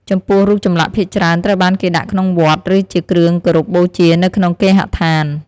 ចំពោះ រូបចម្លាក់ភាគច្រើនត្រូវបានគេដាក់ក្នុងវត្ត ឬជាគ្រឿងគោរពបូជានៅក្នុងគេហដ្ឋាន។